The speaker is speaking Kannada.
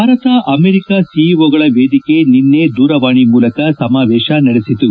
ಭಾರತ ಅಮೆರಿಕಾ ಸಿಇಒಗಳ ವೇದಿಕೆ ನಿನೈ ದೂರವಾಣಿ ಮೂಲಕ ಸಮಾವೇಶ ನಡೆಸಿತು